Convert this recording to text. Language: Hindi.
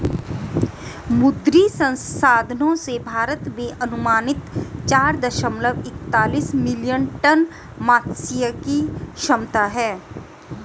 मुद्री संसाधनों से, भारत में अनुमानित चार दशमलव एकतालिश मिलियन टन मात्स्यिकी क्षमता है